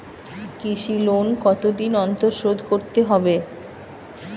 কৃষি লোন কতদিন অন্তর শোধ করতে হবে?